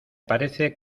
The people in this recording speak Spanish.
parece